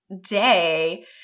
day